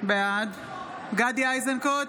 בעד גדי איזנקוט,